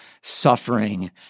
suffering